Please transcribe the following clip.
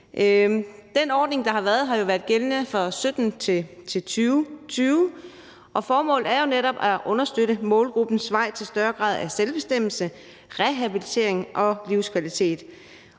Den ordning, der har været, har været gældende fra 2017 til 2020, og formålet er jo netop at understøtte målgruppens vej til en større grad af selvbestemmelse, til rehabilitering og bedre livskvalitet.